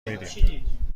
میدیم